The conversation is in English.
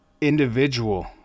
individual